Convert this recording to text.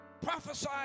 prophesy